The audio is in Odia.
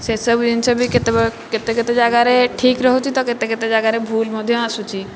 ସେସବୁ ଜିନିଷ ବି କେତେବ କେତେକେତେ ଜାଗାରେ ଠିକ୍ ରହୁଛି ତ କେତେ କେତେ ଜାଗାରେ ଭୁଲ ମଧ୍ୟ ଆସୁଛି